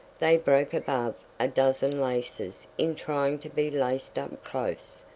they broke above a dozen laces in trying to be laced up close,